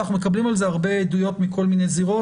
ואנחנו מקבלים על זה הרבה עדויות מכל מיני זירות.